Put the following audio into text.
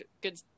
good